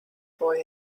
boy